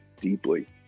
deeply